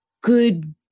good